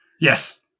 Yes